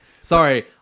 Sorry